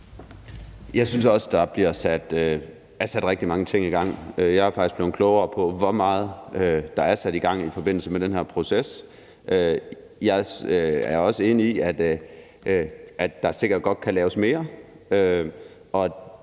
Jeg synes også, der er sat rigtig mange ting i gang. Jeg er faktisk blevet klogere på, hvor meget der er sat i gang i forbindelse med den her proces. Jeg er også enig i, at der sikkert godt kan laves mere,